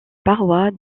parois